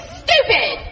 stupid